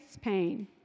pain